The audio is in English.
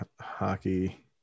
hockey